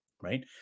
right